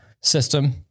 system